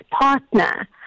partner